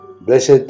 Blessed